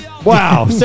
Wow